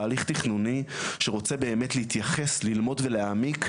תהליך תכנוני שרוצה באמת להתייחס ללמוד ולהעמיק,